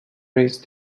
raise